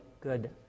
good